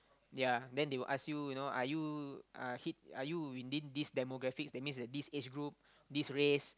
ya then they will ask you you know are you uh hit are you within this demographics that means that this age group this race